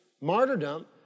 martyrdom